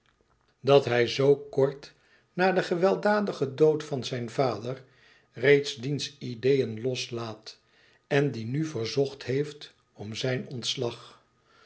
dat hij zoo kort na den gewelddadigen dood van zijn vader reeds diens ideeën loslaat en die nu verzocht heeft om zijn ontslag